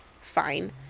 fine